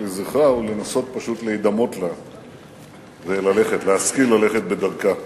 לזכרה הוא לנסות פשוט להידמות לה ולהשכיל ללכת בדרכה.